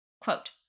Quote